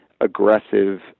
aggressive